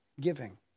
giving